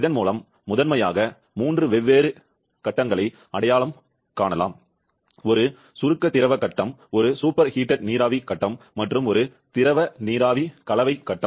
இதன் மூலம் முதன்மையாக மூன்று வெவ்வேறு ஆட்சிகளை அடையாளம் காணுதல் ஒரு சுருக்க திரவ ஆட்சி ஒரு சூப்பர் சூடான நீராவி ஆட்சி மற்றும் ஒரு திரவ நீராவி கலவை ஆட்சி